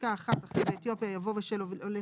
בפסקה (1) אחרי "באתיופיה" יבוא "ושל עולה